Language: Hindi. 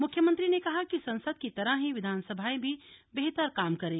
मुख्यमंत्री ने कहा कि संसद की तरह ही विधानसभाएं भी बेहतर काम करें